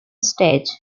stage